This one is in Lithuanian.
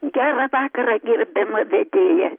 gerą vakarą gerbiama vedėja